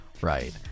right